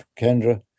Kendra